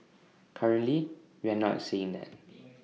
currently we are not seeing that